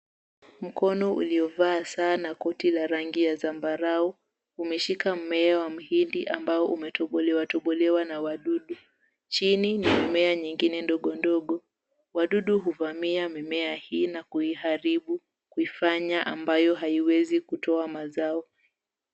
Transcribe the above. Mkono uliovaa saa na koti la rangi ya zambarau umeshika mmea wa mhindi ambao umetobolewa tobolewa na wadudu chini ni mimea nyingine ndogo ndogo, wadudu huvamia mimea hii na kuiharibu kuifanya ambayo haiwezi kutoa mazao.